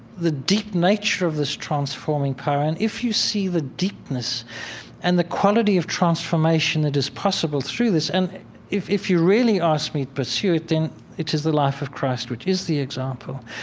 the deep nature of this transforming current. if you see the deepness and the quality of transformation that is possible through this, and if if you really asked me to pursue it, then it is the life of christ, which is the example.